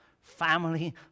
family